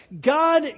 God